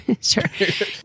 Sure